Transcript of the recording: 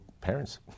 parents